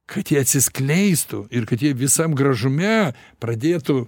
kad jie atsiskleistų ir kad jie visam gražume pradėtų